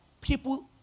people